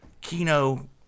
kino